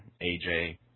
AJ